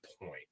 point